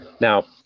Now